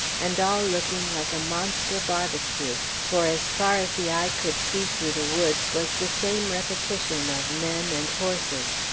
and all looking like a monster barbecue, for as far as the eye could see through the woods, was the same repetition of men and horses.